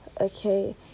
okay